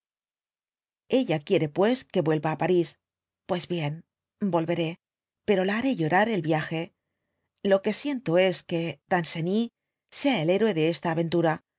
ella quiere pues que yuelya á parís pues bien volveré pero la haré llorar el viage lo que siento es que danceny sea el héroe de esta aventura